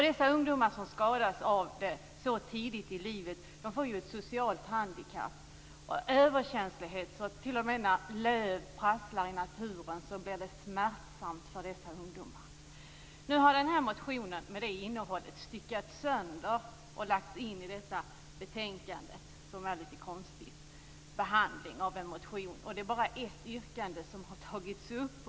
De ungdomar som skadas av detta tidigt i livet får ett socialt handikapp. De kan få en sådan överkänslighet att t.o.m. löv som prasslar i naturen blir något smärtsamt för dessa ungdomar. Nu har motionen med det här innehållet styckats sönder och lagts in i detta betänkande, vilket är en litet konstig behandling av en motion. Bara ett yrkande har tagits upp.